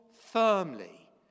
firmly